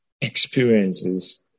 experiences